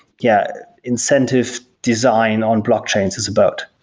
yeah, incentives designed on blockchains is about.